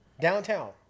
Downtown